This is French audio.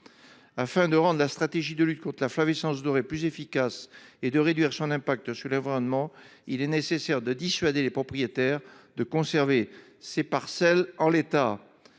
de la stratégie de lutte contre la flavescence dorée et de réduire son effet sur l’environnement, il est nécessaire de dissuader les propriétaires de conserver ces parcelles en l’état.